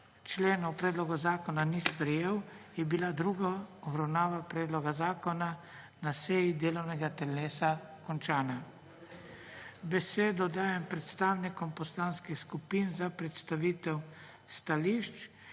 členov predloga zakona ni sprejel, je bila druga obravnava predloga zakona na seji delovnega telesa končana. Besedo dajem predstavnikom poslanskih skupin za predstavitev stališč.